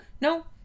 no